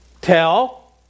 tell